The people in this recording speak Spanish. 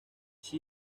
she